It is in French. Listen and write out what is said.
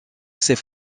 ses